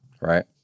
right